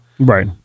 Right